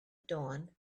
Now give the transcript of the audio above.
dawn